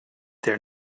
their